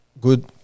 good